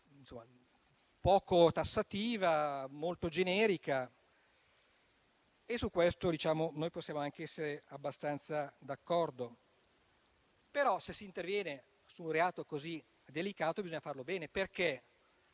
poco tassativa, molto generica e su questo possiamo essere abbastanza d'accordo. Tuttavia, se si interviene su un reato così delicato, bisogna farlo bene. Il